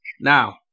Now